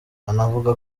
anavuga